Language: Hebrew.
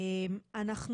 להמשיך להיות כפר.